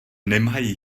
nemají